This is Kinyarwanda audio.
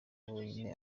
bonyine